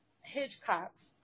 Hitchcock's